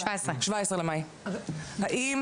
האם